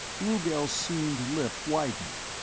rugel's seamed lip widened.